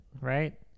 right